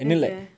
ya sia